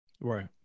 right